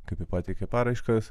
kaip jie pateikė paraiškas